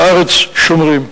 בארץ שומרים.